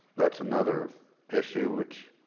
that's another issue which